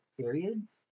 periods